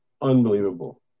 unbelievable